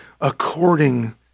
according